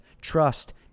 trust